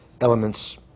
elements